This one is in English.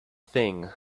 thing